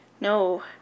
No